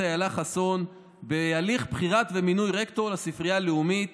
אילה חסון בהליך בחירה ומינוי של רקטור לספרייה הלאומית,